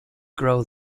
grow